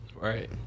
Right